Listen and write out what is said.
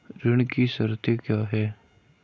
ऋण की शर्तें क्या हैं?